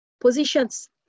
positions